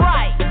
Right